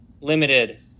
limited